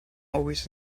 always